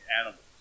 animals